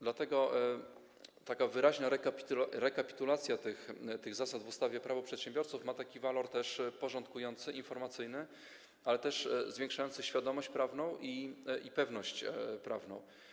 Dlatego taka wyraźna rekapitulacja tych zasad w ustawie Prawo przedsiębiorców ma walor porządkujący, informacyjny, ale też zwiększający świadomość prawną i pewność prawną.